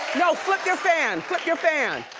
no, flip your fan, flip your fan.